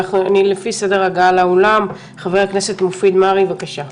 לפי סדר הגעה לאולם, חבר הכנסת מופיד מרעי, בבקשה,